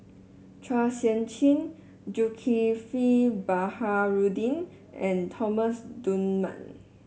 Chua Sian Chin Zulkifli Baharudin and Thomas Dunman